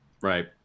right